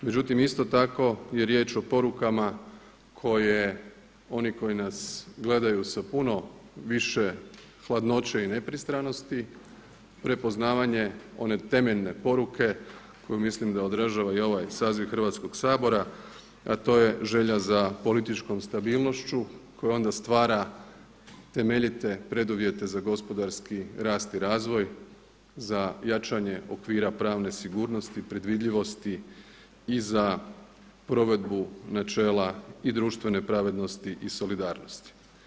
Međutim, isto tako je riječ o porukama koje oni koji nas gledaju sa puno više hladnoće i nepristranosti, prepoznavanje one temeljene poruke koju mislim da održava i ovaj saziv Hrvatskog sabora a to je želja za političkom stabilnošću koja onda stvara temeljite preduvjete za gospodarski rast i razvoj, za jačanje okvira pravne sigurnosti, predvidljivosti i za provedbu načela i društvene pravednosti i solidarnosti.